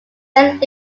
saint